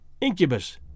incubus